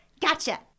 Gotcha